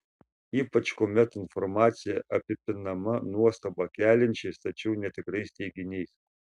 ypač kuomet informacija apipinama nuostabą keliančiais tačiau netikrais teiginiais